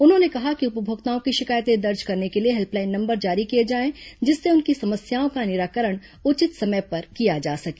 उन्होंने कहा कि उपभोक्ताओं की शिकायतें दर्ज करने के लिए हेल्पलाइन नंबर जारी किया जाए जिससे उनकी समस्याओं का निराकरण उचित समय पर किया जा सके